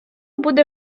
буде